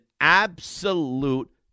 absolute